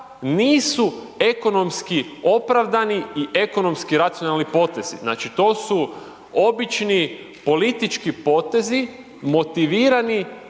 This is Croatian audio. nisu ekonomski opravdani i ekonomski racionalni potezi. Znači, to su obični politički potezi motivirani